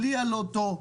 בלי הלוטו,